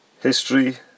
History